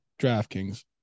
DraftKings